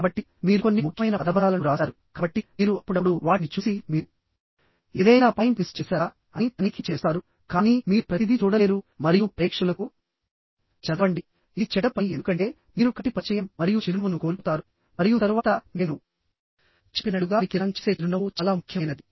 కాబట్టి మీరు కొన్ని ముఖ్యమైన పదబంధాలను వ్రాసారు కాబట్టి మీరు అప్పుడప్పుడు వాటిని చూసి మీరు ఏదైనా పాయింట్ మిస్ చేశారా అని తనిఖీ చేస్తారు కానీ మీరు ప్రతిదీ చూడలేరు మరియు ప్రేక్షకులకు చదవండి ఇది చెడ్డ పని ఎందుకంటే మీరు కంటి పరిచయం మరియు చిరునవ్వును కోల్పోతారు మరియు తరువాత నేను చెప్పినట్లుగా వికిరణం చేసే చిరునవ్వు చాలా ముఖ్యమైనది